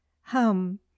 hum